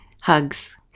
hugs